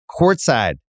courtside